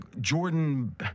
Jordan